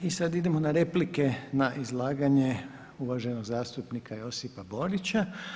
I sad idemo na replike na izlaganje uvaženog zastupnika Josipa Borića.